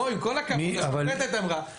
בואו, עם כל הכבוד, גם השופטת אמרה.